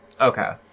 Okay